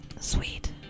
Sweet